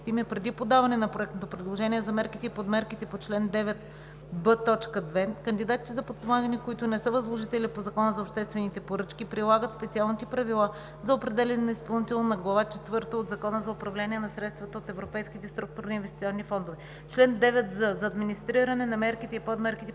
преди подаване на проектното предложение, за мерките и подмерките по чл. 9б, т. 2, кандидатите за подпомагане, които не са възложители по Закона за обществените поръчки, прилагат специалните правила за определяне на изпълнител на Глава четвърта от Закона за управление на средствата от Европейските структурни и инвестиционни фондове. Чл. 9з. За администриране на мерките и подмерките по чл.